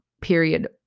period